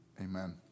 Amen